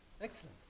Excellent